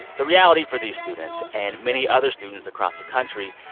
the reality for these students, and many other students across the country,